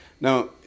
Now